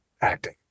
acting